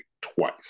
twice